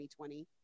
2020